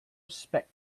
spec